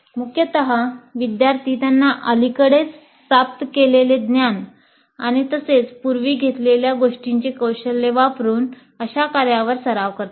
मूख्यतः विद्यार्थी त्यांना अलीकडेच प्राप्त झालेले ज्ञान आणि तसेच पूर्वी घेतलेल्या गोष्टींचे कौशल्ये वापर करून अशा कार्यांवर सराव करतात